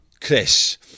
Chris